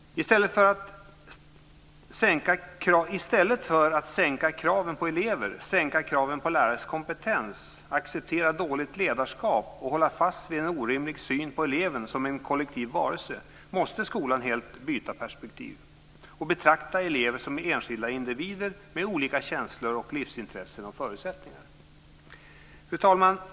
I stället för att sänka kraven på elever, sänka kraven på lärares kompetens, acceptera dåligt ledarskap och hålla fast vid en orimlig syn på eleven som en kollektiv varelse måste skolan helt byta perspektiv och betrakta elever som enskilda individer med olika känslor, livsintressen och förutsättningar. Fru talman!